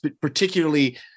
particularly